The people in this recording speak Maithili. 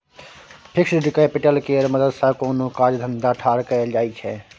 फिक्स्ड कैपिटल केर मदद सँ कोनो काज धंधा ठाढ़ कएल जाइ छै